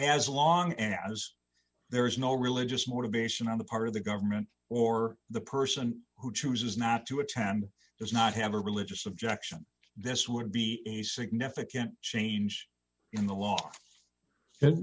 as long as there is no religious motivation on the part of the government or the person who chooses not to attend does not have a religious objection this would be a significant change in the la